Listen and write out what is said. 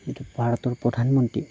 ভাৰতৰ প্ৰধানমন্ত্ৰী